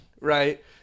right